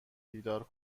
بیدار